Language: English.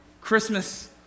Christmas